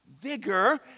Vigor